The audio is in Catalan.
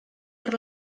per